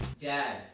Dad